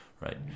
right